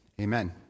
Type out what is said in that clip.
Amen